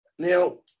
Now